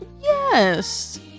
yes